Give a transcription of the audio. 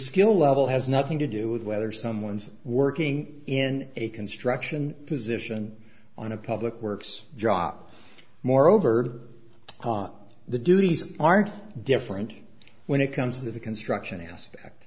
skill level has nothing to do with whether someone's working in a construction position on a public works job moreover the duties are different when it comes to the construction aspect